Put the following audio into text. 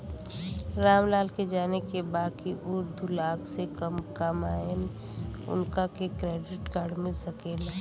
राम लाल के जाने के बा की ऊ दूलाख से कम कमायेन उनका के क्रेडिट कार्ड मिल सके ला?